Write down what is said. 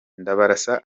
ndabarasa